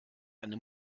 eine